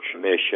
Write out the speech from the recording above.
mission